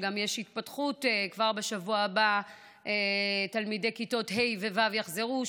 שגם יש התפתחות: כבר בשבוע הבא תלמידי כיתות ה'-ו' יחזרו,